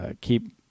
keep